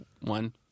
one